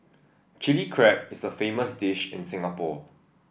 Chilli Crab is a famous dish in Singapore